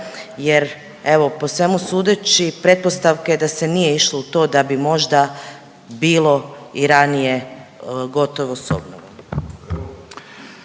jer evo po svemu sudeći pretpostavke da se nije išlo u to da bi možda bilo i ranije gotovo s